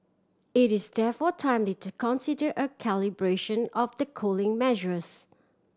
it is therefore timely to consider a calibration of the cooling measures